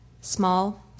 Small